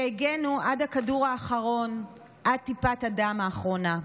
שהגנו עד הכדור האחרון, עד טיפת הדם האחרונה,